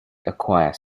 acquire